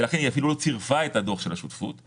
ולכן אפילו לא צירפה את הדוח של השותפות.